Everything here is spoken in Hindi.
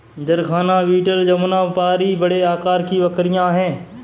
जरखाना बीटल जमुनापारी बड़े आकार की बकरियाँ हैं